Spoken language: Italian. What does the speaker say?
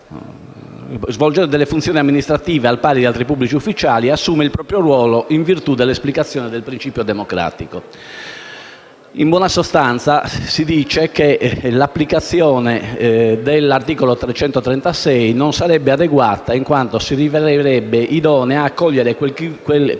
svolgendo delle funzioni amministrative al pari di altri pubblici ufficiali, assume il proprio ruolo in virtù dell'esplicazione del principio democratico». In buona sostanza, si dice che l'applicazione dell'articolo 336 del codice penale non sarebbe adeguata, in quanto si rivelerebbe inidonea a cogliere quel *quid